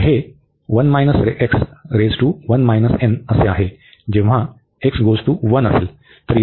तर हे आहे जेव्हा x → 1 असेल